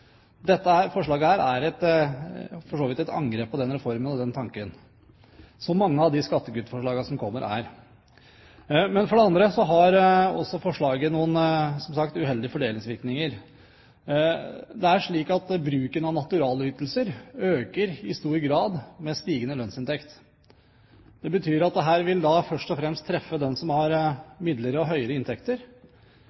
Dette forslaget er for så vidt et angrep på den reformen og den tanken, noe mange av de skattekuttforslagene som kommer, er. For det andre har også forslaget, som sagt, noen uheldige fordelingsvirkninger. Det er slik at bruken av naturalytelser i stor grad øker med stigende lønnsinntekt. Det betyr at dette først og fremst vil treffe dem som har